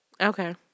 Okay